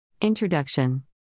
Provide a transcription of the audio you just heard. Introduction